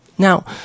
Now